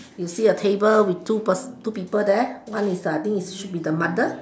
you see a table with two person with two people there one is the I think should be the mother